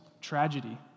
tragedy